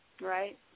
Right